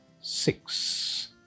six